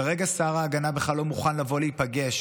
כרגע שר ההגנה בכלל לא מוכן לבוא להיפגש